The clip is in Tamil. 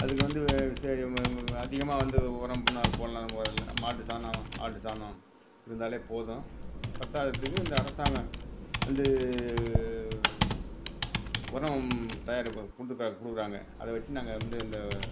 அதுக்கு வந்து சரி இவங்க அதிகமாக வந்து உரம் போடணுன்னா அது போடலாம் முதல்ல மாட்டு சாணம் ஆட்டு சாணம் இருந்தாலே போதும் பற்றாததுக்கு இந்த அரசாங்கம் வந்து உரம் தயாரிக்க கொடுக்க கொடுக்குறாங்க அதை வச்சு நாங்கள் வந்து இந்த